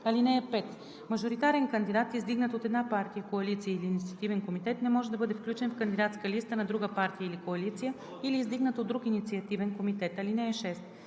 (5) Мажоритарен кандидат, издигнат от една партия, коалиция или инициативен комитет, не може да бъде включен в кандидатска листа на друга партия или коалиция или издигнат от друг инициативен комитет. (6)